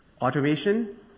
Automation